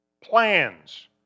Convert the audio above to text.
plans